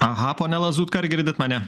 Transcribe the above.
aha pone lazutka ar girdit mane